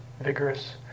vigorous